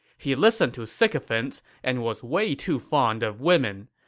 he listened to sycophants and was way too fond of women.